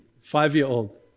five-year-old